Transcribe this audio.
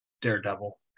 Daredevil